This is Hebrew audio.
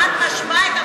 את משקרת.